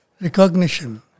recognition